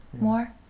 more